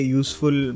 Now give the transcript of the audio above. useful